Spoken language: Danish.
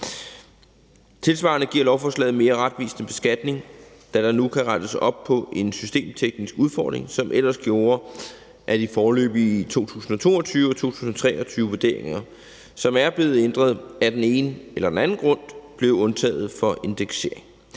Tilsvarende giver lovforslaget en mere retvisende beskatning, da der nu kan rettes op på en systemteknisk udfordring, som ellers gjorde, at de foreløbige 2022- og 2023-vurderinger, som er blevet ændret af den ene eller den anden grund, blev undtaget fra indeksering.